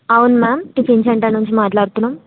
అవును ma'am tiffin centre నుంచి మాట్లాడుతున్నాము